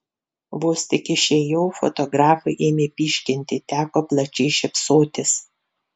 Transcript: vos tik išėjau fotografai ėmė pyškinti teko plačiai šypsotis